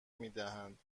میدهند